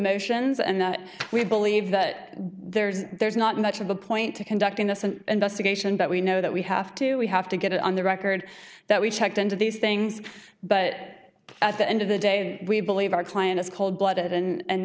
motions and we believe that there's there's not much of a point to conduct innocent investigation but we know that we have to we have to get on the record that we checked into these things but at the end of the day we believe our client is cold blooded and